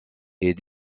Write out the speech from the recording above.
est